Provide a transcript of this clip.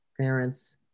parents